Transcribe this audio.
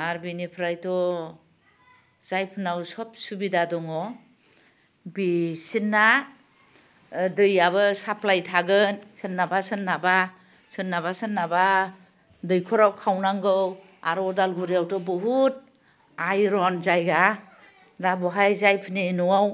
आर बिनिफ्रायथ' जायफोरनाव सोब सुबिदा दङ बेसिना दैयाबो साप्लाय थागोन सोरनाबा सोरनाबा दैख'राव खावनांगौ आरो उदालगुरिआवथ' बहुद आइरन जायगा दा बहाय जायफोरनि न'वाव